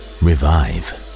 revive